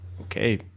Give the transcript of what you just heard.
okay